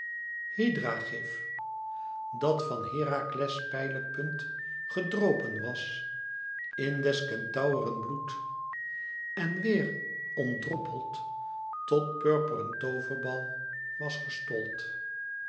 hydra gif dat van herakles pijlepunt gedropen was in des kentauren bloed en weêr ontdroppeld tot purperen tooverbal was gestold